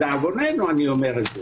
לדאבוננו אני אומר את זה.